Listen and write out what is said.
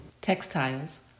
Textiles